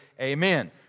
amen